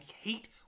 hate